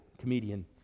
comedian